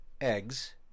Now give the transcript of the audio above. eggs